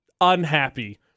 unhappy